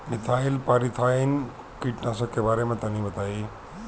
Methyl parathion कीटनाशक के बारे में तनि बताई?